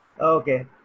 okay